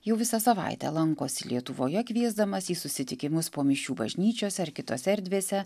jau visą savaitę lankosi lietuvoje kviesdamas į susitikimus po mišių bažnyčiose ar kitose erdvėse